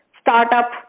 startup